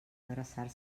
adreçar